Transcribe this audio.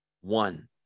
one